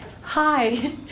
Hi